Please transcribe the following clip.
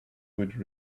would